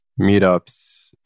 meetups